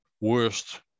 worst